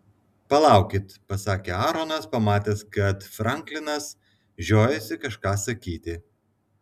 palaukit pasakė aaronas pamatęs kad franklinas žiojasi kažką sakyti